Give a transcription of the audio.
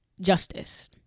justice